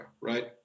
right